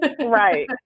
right